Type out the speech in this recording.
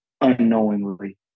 unknowingly